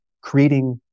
creating